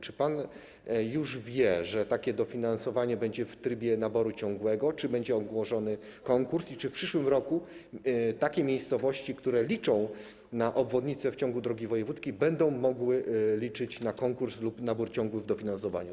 Czy pan już wie, że takie dofinansowanie będzie prowadzone w trybie naboru ciągłego, czy będzie ogłoszony konkurs i czy w przyszłym roku takie miejscowości, które liczą na obwodnice w ciągu drogi wojewódzkiej, będą mogły liczyć na konkurs lub nabór ciągły, jeśli chodzi o dofinansowanie.